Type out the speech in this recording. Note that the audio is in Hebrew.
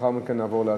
לאחר מכן נעבור להצבעה.